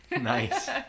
Nice